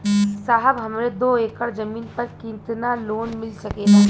साहब हमरे दो एकड़ जमीन पर कितनालोन मिल सकेला?